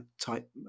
type